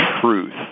truth